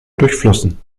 durchflossen